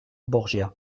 borgia